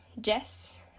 Jess